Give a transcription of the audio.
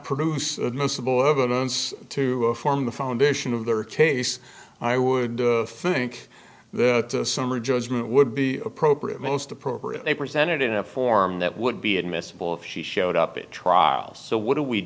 produce admissible evidence to form the foundation of their case i would think that summary judgment would be appropriate most appropriate they presented in a form that would be admissible if she showed up at trial so what do we